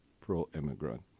pro-immigrant